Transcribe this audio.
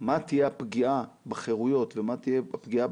מה תהיה הפגיעה בחירויות ומה תהיה הפגיעה